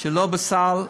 שלא בסל,